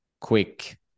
quick